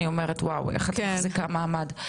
אני אומרת וואו איך את מחזיקה מעמד,